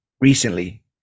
recently